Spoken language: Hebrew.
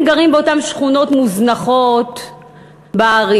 הם גרים באותן שכונות מוזנחות בערים,